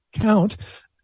count